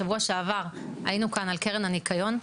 שבוע שעבר היינו כאן על קרן הניקון,